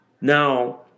Now